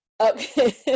Okay